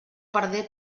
perdé